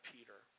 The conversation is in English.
Peter